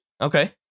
Okay